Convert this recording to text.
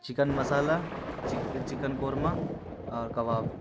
chicken masala chicken korma اور کباب